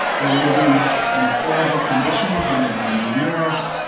they're living in horrible conditions. they may be undernourished.